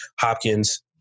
Hopkins